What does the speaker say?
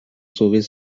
sauver